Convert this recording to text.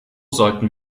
sollten